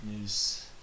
news